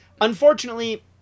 Unfortunately